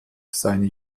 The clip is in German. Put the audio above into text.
seine